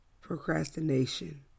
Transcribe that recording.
Procrastination